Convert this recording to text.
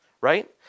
right